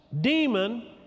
demon